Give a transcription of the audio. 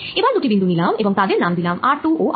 এবার দুটি বিন্দু নিলাম এবং তাদের নাম দিলাম r2 ও r1